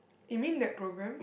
you mean that program